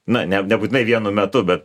na nebūtinai vienu metu bet